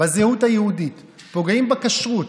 בזהות היהודית, פוגעים בכשרות,